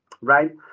right